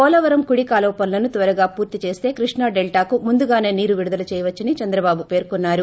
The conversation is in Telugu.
పోలవరం కుడి కాలువ పనులను త్వరగా పూర్తి చేస్తో కృష్ణా డెల్టాకు ముందుగాసే నీరు విడుదల చేయవచ్చునని చంద్రబాబు పెర్కున్నారు